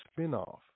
spinoff